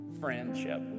friendship